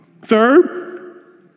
Third